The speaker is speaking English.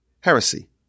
heresy